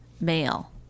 male